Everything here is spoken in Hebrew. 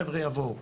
חבר'ה יבואו,